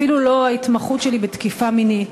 אפילו לא ההתמחות שלי בנושא תקיפה מינית,